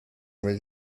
was